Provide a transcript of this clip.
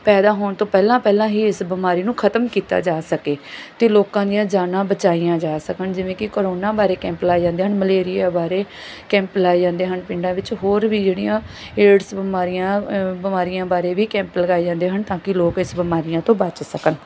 ਪੈਦਾ ਹੋਣ ਤੋਂ ਪਹਿਲਾਂ ਪਹਿਲਾਂ ਹੀ ਇਸ ਬਿਮਾਰੀ ਨੂੰ ਖਤਮ ਕੀਤਾ ਜਾ ਸਕੇ ਅਤੇ ਲੋਕਾਂ ਦੀਆਂ ਜਾਨਾਂ ਬਚਾਈਆਂ ਜਾ ਸਕਣ ਜਿਵੇਂ ਕਿ ਕਰੋਨਾ ਬਾਰੇ ਕੈਂਪ ਲਗਾਏ ਜਾਂਦੇ ਹਨ ਮਲੇਰੀਆ ਬਾਰੇ ਕੈਂਪ ਲਗਾਏ ਜਾਂਦੇ ਹਨ ਪਿੰਡਾਂ ਵਿੱਚ ਹੋਰ ਵੀ ਜਿਹੜੀਆਂ ਏਡਸ ਬਿਮਾਰੀਆਂ ਬਿਮਾਰੀਆਂ ਬਾਰੇ ਵੀ ਕੈਂਪ ਲਗਾਏ ਜਾਂਦੇ ਹਨ ਤਾਂ ਕਿ ਲੋਕ ਇਸ ਬਿਮਾਰੀਆਂ ਤੋਂ ਬਚ ਸਕਣ